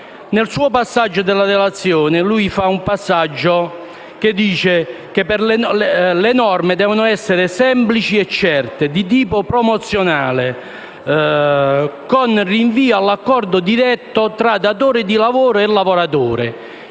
fa un passaggio in cui dice che le norme devono essere semplici e certe, di tipo promozionale, con rinvii all'accordo diretto tra datore di lavoro e lavoratore.